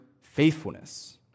faithfulness